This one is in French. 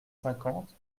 cinquante